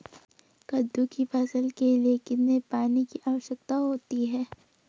कद्दू की फसल के लिए कितने पानी की आवश्यकता होती है?